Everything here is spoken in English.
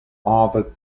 other